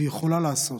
והיא יכולה לעשות,